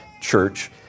church